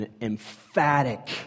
emphatic